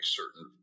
certain